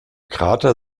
krater